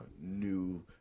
new